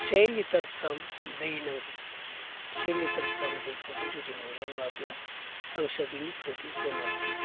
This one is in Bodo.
से लिटारफ्राम दै नांगौ से लिटारफ्राम दैखौबो जुदि मोनलोङाब्ला हांसोआ बिनिफ्राबो बेमार जायो